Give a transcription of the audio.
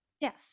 yes